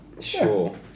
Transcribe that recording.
Sure